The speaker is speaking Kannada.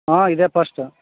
ಹಾಂ ಇದೇ ಪಸ್ಟು